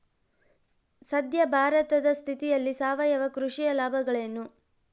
ಸದ್ಯ ಭಾರತದ ಸ್ಥಿತಿಯಲ್ಲಿ ಸಾವಯವ ಕೃಷಿಯ ಲಾಭಗಳೇನು?